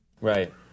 right